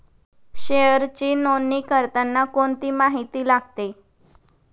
शेअरची नोंदणी करताना कोणती माहिती लागते?